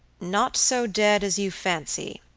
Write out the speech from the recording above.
not so dead as you fancy,